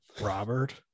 Robert